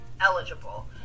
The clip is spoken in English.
eligible